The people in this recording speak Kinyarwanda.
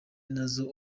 nazo